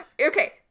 Okay